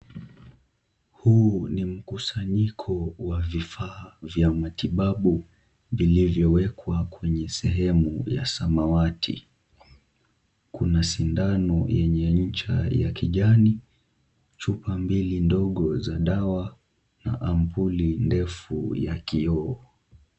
Huu ni mkusanyiko wa vifaa vya matibabu vilivyowekwa kwenye sehemu ya samawati. Kuna sindano yenye ncha ya kijani, chupa mbili dogo za dawa na ampuli ndefu ya kioo.